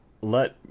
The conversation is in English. let